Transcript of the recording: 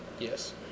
Yes